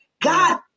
God